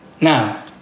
Now